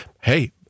hey